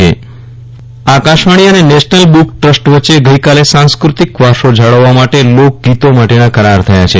Viral Rana Akashvani national book trust Akashvani અને national book trust વચ્ચે આજે સાંસ્કૃતિક વારસો જાળવવા માટે લોકગીતો માટેના કરાર થયા છે